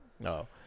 No